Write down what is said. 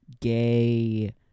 Gay